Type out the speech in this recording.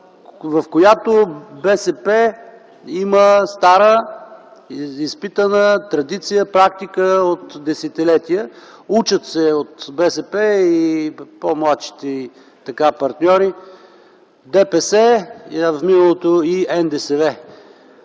в която БСП има стара, изпитана традиция, практика от десетилетия. От БСП се учат и по-младшите й партньори – ДПС, а